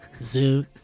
Zoot